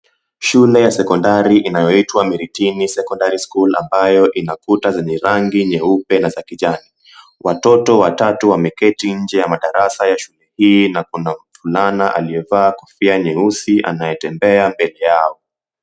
Shule ya sekondari inayoitwa Miritini Secondary School ambayo ina kuta zenye rangi nyeupe na za kijani. Watoto watatu wameketi nje ya madarasa ya shule hii na kuna mvulana aliyevaa kofia nyeusi anayetembea mbele yao.